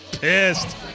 pissed